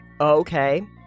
Okay